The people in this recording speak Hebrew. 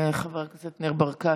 חבר הכנסת ניר ברקת.